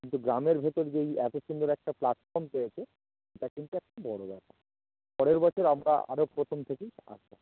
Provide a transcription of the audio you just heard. কিন্তু গ্রামের ভেতর যে এই এত সুন্দর একটা প্ল্যাটফর্ম পেয়েছে এটা কিন্তু একটি বড় ব্যাপার পরের বছর আমরা আরও প্রথম থেকেই আসবো